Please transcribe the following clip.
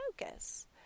focus